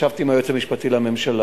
ישבתי עם היועץ המשפטי לממשלה,